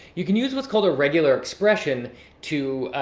you can use what's called a regular expression to.